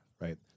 Right